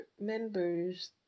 members